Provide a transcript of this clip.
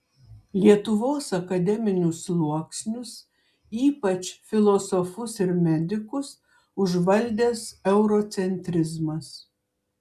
lietuvos akademinius sluoksnius ypač filosofus ir medikus užvaldęs eurocentrizmas